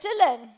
Dylan